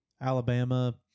Alabama